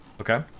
Okay